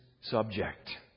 subject